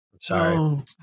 Sorry